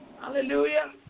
Hallelujah